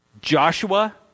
Joshua